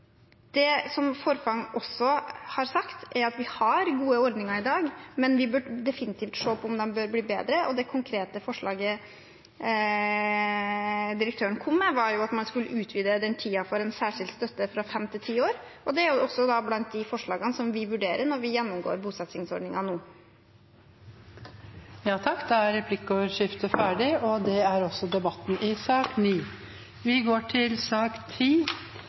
Det som Forfang også har sagt, er at vi har gode ordninger i dag, men vi bør definitivt se på om de bør bli bedre, og det konkrete forslaget direktøren kom med, var at man skulle utvide tiden for en særskilt støtte fra fem til ti år. Det er også blant de forslagene som vi vurderer når vi gjennomgår bosettingsordningen nå. Replikkordskiftet er omme. Flere har ikke bedt om ordet til sak nr. 9. Etter ønske fra familie- og kulturkomiteen vil presidenten ordne debatten